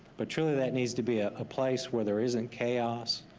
but truly that needs to be a ah place where there isn't chaos,